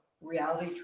Reality